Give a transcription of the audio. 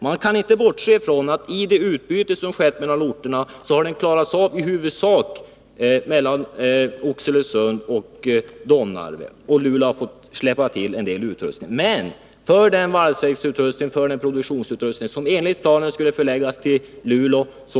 Man kaniinte bortse från att det utbyte som skett mellan orterna har klarats i huvudsak mellan Oxelösund och Domnarvet och att Luleå har fått avstå från en del produktionsutrustning som enligt planen skulle förläggas till Luleå.